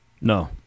No